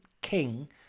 king